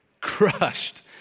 crushed